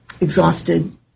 exhausted